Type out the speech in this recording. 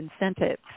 incentives